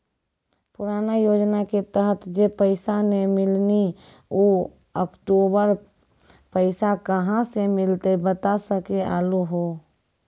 पुराना योजना के तहत जे पैसा नै मिलनी ऊ अक्टूबर पैसा कहां से मिलते बता सके आलू हो?